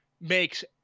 makes